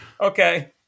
Okay